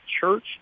church